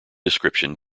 description